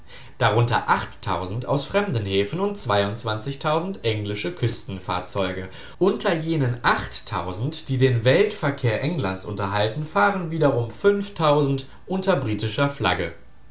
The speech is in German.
darunter aus fremden häfen und englische küstenfahrzeuge unter jenen acht die den weltverkehr englands unterhalten fahren wiederum britischer flagge